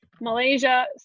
Malaysia